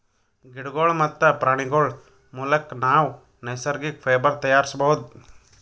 ಗಿಡಗೋಳ್ ಮತ್ತ್ ಪ್ರಾಣಿಗೋಳ್ ಮುಲಕ್ ನಾವ್ ನೈಸರ್ಗಿಕ್ ಫೈಬರ್ ತಯಾರಿಸ್ಬಹುದ್